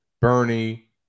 Bernie